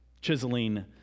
chiseling